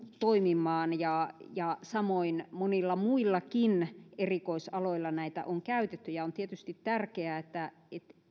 toimimaan ja ja samoin monilla muillakin erikoisaloilla näitä on käytetty on tietysti tärkeää että